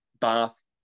Bath